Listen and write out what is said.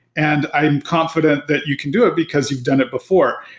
and i am confident that you can do it because you've done it before.